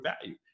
value